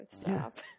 stop